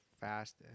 fast